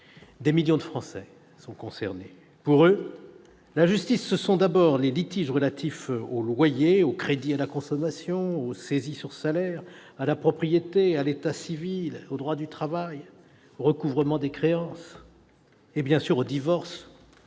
Des millions de Français sont concernés. Pour eux, la justice, ce sont d'abord les litiges relatifs aux loyers, aux crédits à la consommation, aux saisies sur salaire, à la propriété, à l'état civil, au droit du travail, au recouvrement de créances et, bien sûr, aux divorces,